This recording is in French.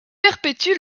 perpétue